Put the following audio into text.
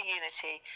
unity